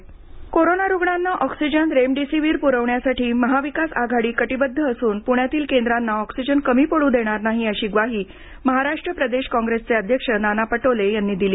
नाना Patole corona रुग्णांना oxygen remdesivir प्रवण्यासाठी महाविकास आघाडी कटिबद्ध असून पुण्यातील केंद्रांना ऑक्सिजन कमी पडू देणार नाही अशी ग्वाही महाराष्ट्र प्रदेश काँग्रेसचे अध्यक्ष नाना पटोले यांनी दिली